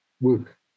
work